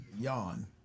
Yawn